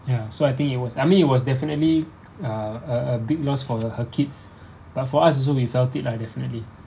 ya so I think it was I mean it was definitely ah a a big loss for her kids but for us also we felt it lah definitely